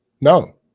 No